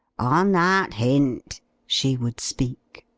on that hint she would speak.